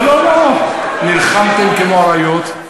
לא לא לא, נלחמתם כמו אריות,